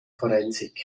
forensik